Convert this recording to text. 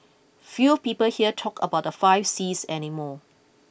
few people here talk about the five sees any more